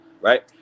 right